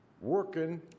working